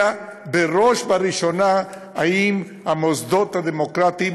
אלא בראש ובראשונה בשאלה אם המוסדות הדמוקרטיים